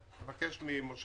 דואגים קודם כל לעמיתי